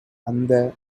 அந்த